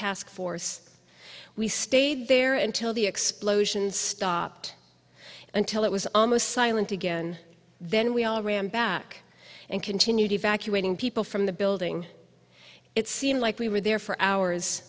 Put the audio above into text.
task force we stayed there until the explosions stopped until it was almost silent again then we all ran back and continued evacuating people from the building it seemed like we were there for hours